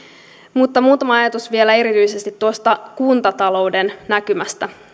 mutta muutama ajatus vielä erityisesti tuosta kuntatalouden näkymästä